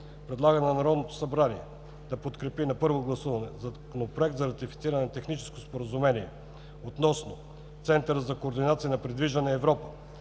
Предлага на Народното събрание да подкрепи на първо гласуване Законопроект за ратифициране на Техническото споразумение относно Центъра за координация на придвижването „Европа“